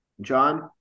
John